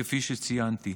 כפי שציינתי.